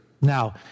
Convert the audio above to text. Now